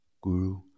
Guru